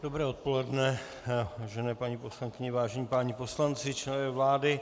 Dobré odpoledne, vážené paní poslankyně, vážení páni poslanci, členové vlády.